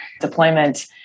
deployment